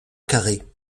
carré